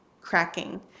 cracking